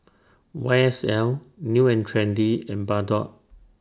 Y S L New and Trendy and Bardot